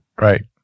Right